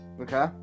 Okay